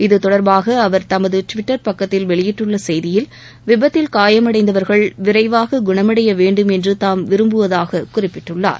இத்தொடர்பாக அவர் தமது டுவிட்டர் பக்கத்தில் வெளியிட்டுள்ள செய்தியில் விபத்தில் காயமடைந்தவர்கள் விரைவாக குணமடையவேண்டும் என்று தாம் விரும்புவதாக குறிப்பிட்டுள்ளார்